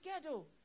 schedule